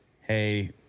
Hey